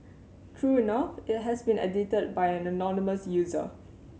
true enough it has been edited by an anonymous user